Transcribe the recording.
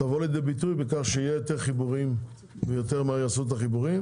תבוא לידי ביטוי בכך שיהיה יותר חיבורים ויותר מהר יעשו את החיבורים,